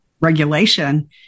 regulation